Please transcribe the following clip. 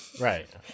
Right